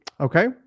Okay